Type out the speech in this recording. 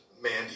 Mandy